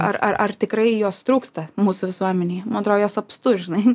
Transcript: ar ar ar tikrai jos trūksta mūsų visuomenėje man atrodo jos apstu žinai